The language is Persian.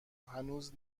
هنوز